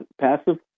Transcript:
passive